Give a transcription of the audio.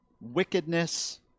wickedness